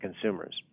consumers